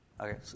Okay